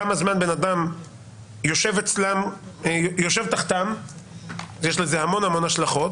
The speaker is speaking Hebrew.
כמה זמן בן אדם יושב תחתם - ויש לזה המון השלכות,